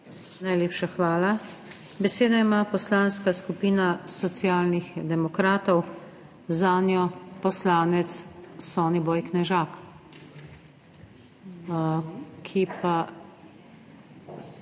Najlepša hvala. Besedo ima Poslanska skupina Socialnih demokratov, zanjo poslanec Soniboj Knežak.